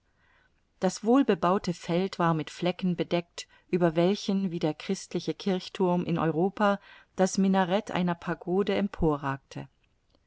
das wohlbebaute feld war mit flecken bedeckt über welchen wie der christliche kirchthurm in europa das minaret einer pagode